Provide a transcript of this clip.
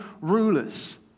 rulers